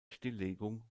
stilllegung